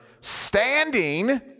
standing